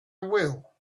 will